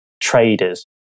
traders